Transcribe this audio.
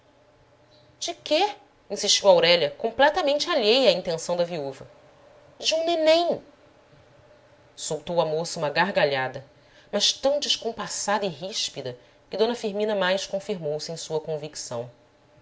de quê insistiu aurélia completamente alheia à intenção da viúva de um neném soltou a moça uma gargalhada mas tão descompassada e ríspida que d firmina mais confirmouse em sua convicção